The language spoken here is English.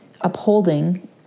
upholding